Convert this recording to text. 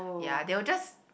ya they will just